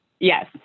yes